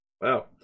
Wow